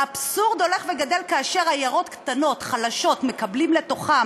האבסורד הולך וגדל כאשר עיירות קטנות וחלשות מקבלות לתוכן